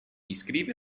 iscrive